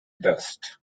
dust